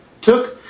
took